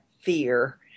fear